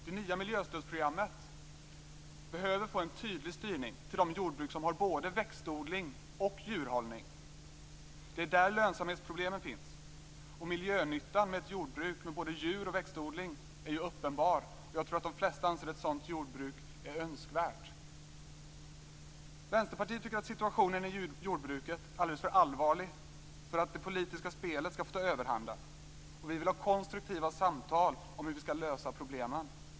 Det nya miljöstödsprogrammet behöver få en tydligt styrning till de jordbruk som har både växtodling och djurhållning. Det är där lönsamhetsproblemen finns, och miljönyttan med ett jordbruk med både djur och växtodling är uppenbar. Jag tror att de flesta anser att ett sådant jordbruk är önskvärt. Vänsterpartiet tycker att situationen i jordbruket är alldeles för allvarlig för att det politiska spelet skall få ta överhanden.